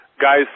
guys